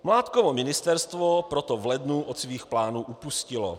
Mládkovo ministerstvo proto v lednu od svých plánů upustilo.